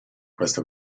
queste